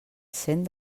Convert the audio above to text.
cent